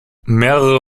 mehrere